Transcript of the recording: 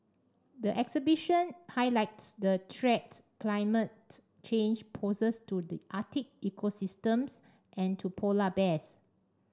the exhibition highlights the threat climate change poses to the Arctic ecosystems and to polar bears